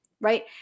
right